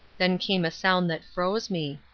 then came a sound that froze me.